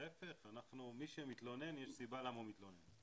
להיפך, מי שמתלונן, יש סיבה למה הוא מתלונן.